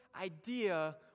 idea